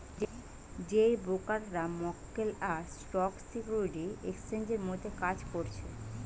যেই ব্রোকাররা মক্কেল আর স্টক সিকিউরিটি এক্সচেঞ্জের মধ্যে কাজ করছে